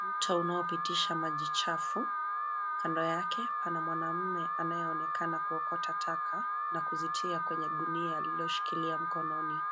Mto unaopitisha maji chafu. Kando yake pana mwanamume anayeonekana kuokota taka na kuzitia kwenye gunia aliloshikilia mkononi.